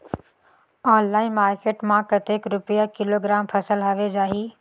Online market मां कतेक रुपिया किलोग्राम फसल हवे जाही?